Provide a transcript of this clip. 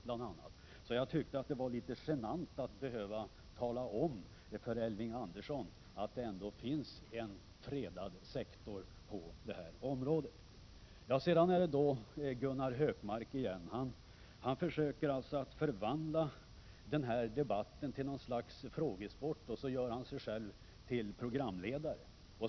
Elving Andersson vet alltså att det finns en fredad sektor på detta område. Gunnar Hökmark försöker förvandla denna debatt till ett slags frågesport och utser sig själv till programledare.